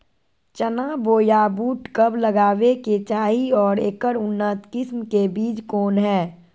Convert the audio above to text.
चना बोया बुट कब लगावे के चाही और ऐकर उन्नत किस्म के बिज कौन है?